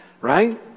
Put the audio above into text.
Right